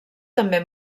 també